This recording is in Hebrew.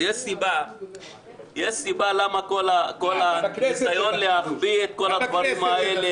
הרי יש סיבה למה כל הניסיון להחביא את כל הדברים האלה,